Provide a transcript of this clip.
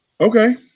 Okay